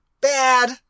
Bad